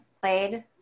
played